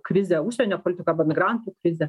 krizę užsienio politikoj arba migrantų krizę